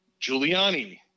Giuliani